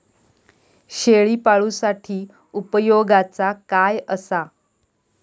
शेळीपाळूसाठी उपयोगाचा काय असा?